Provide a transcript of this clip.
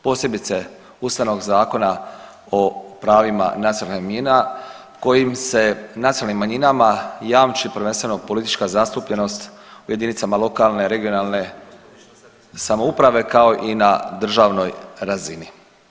Posebice Ustavnog zakona o pravima nacionalnih manjina kojim se nacionalnim manjinama jamči prvenstveno politička zastupljenost u jedinicama lokalne, regionalne samouprave kao i na državnoj razini.